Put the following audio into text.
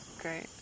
great